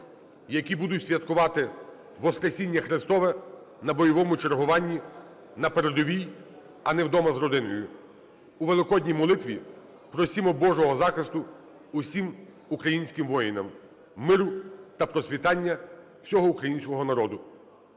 які будуть святкувати Воскресіння Христове на бойовому чергуванні на передовій, а не вдома з родиною. У великодній молитві просімо Божого захисту усім українським воїнам, миру та процвітання всього українського народу.